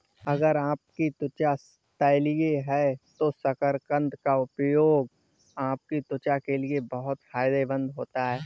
अगर आपकी त्वचा तैलीय है तो शकरकंद का उपयोग आपकी त्वचा के लिए बहुत फायदेमंद हो सकता है